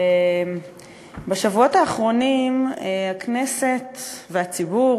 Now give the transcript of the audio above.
תודה, בשבועות האחרונים הכנסת והציבור